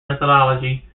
methodology